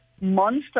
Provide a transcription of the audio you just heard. monster